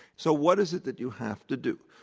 so what is it that you have to do?